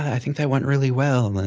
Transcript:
i think that went really well. and then,